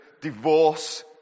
divorce